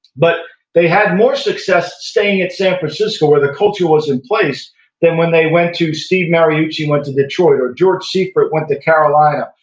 but they had more success staying at san francisco where their culture was in place than when they went to, steve mariucci went to detroit, or george seifert went to carolina,